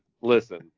listen